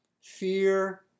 fear